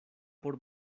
por